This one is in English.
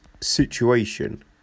situation